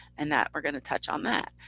and that we're going to touch on that.